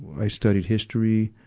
i studied history.